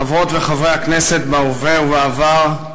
חברות וחברי הכנסת בהווה ובעבר,